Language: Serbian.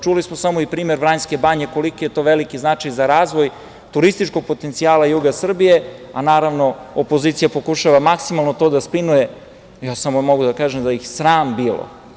Čuli smo primer Vranjske banje, koliki je to veliki značaj za razvoj turističkog potencijala juga Srbije, a naravno, opozicija pokušava maksimalno to da spinuje i ja samo mogu da kažem - sram ih bilo.